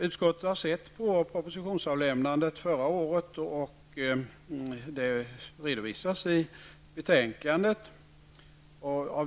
Utskottet har sett på propositionsavlämnandet förra året. Detta redovisas i betänkandet.